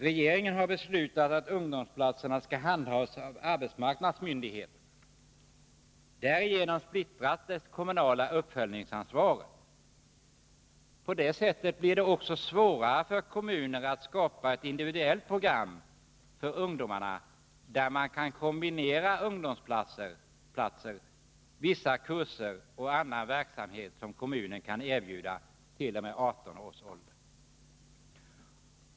Regeringen har beslutat att ungdomsplatserna skall handhas av arbetsmarknadsmyndigheterna. Därigenom splittras det kommunala uppföljningsansvaret, och på det sättet blir det också svårare för kommunerna att skapa ett individuellt program för ungdomarna, där man kan kombinera ungdomsplatser, vissa kurser och annan verksamhet som kommunen kan erbjuda dem t.o.m. 18 års ålder.